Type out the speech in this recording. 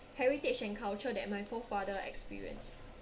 heritage and culture that my forefather experiences